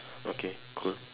okay cool